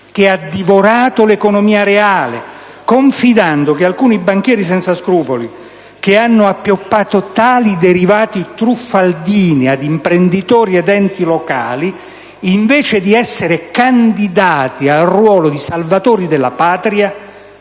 che ha divorato l'economia reale, confidando che alcuni banchieri senza scrupoli, che hanno appioppato tali derivati truffaldini ad imprenditori ed enti locali, invece di essere candidati al ruolo di salvatori della Patria,